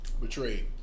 Betrayed